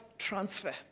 transfer